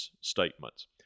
statements